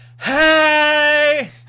hey